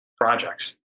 projects